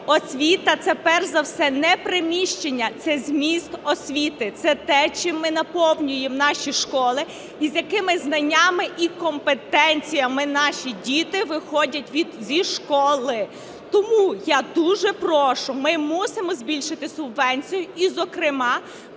освіта – це перш за все не приміщення, це зміст освіти, це те, чим ми наповнюємо наші школи, і з якими знаннями і компетенціями наші діти виходять зі школи. Тому я дуже прошу, ми мусимо збільшити субвенцію. І зокрема